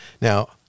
Now